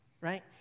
right